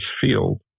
field